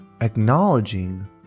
acknowledging